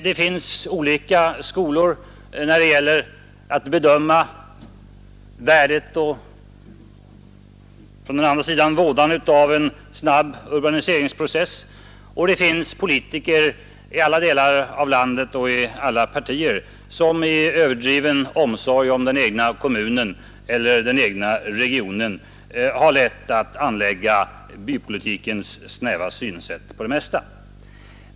Det finns olika skolor när det gäller värdet eller vådan av en snabb urbaniseringsprocess. Det finns politiker i alla delar av landet och inom alla partier som i överdriven omsorg om den egna kommunen eller den egna regionen har lätt för att anlägga bypolitikens snäva synsätt på det mesta.